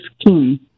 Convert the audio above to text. skin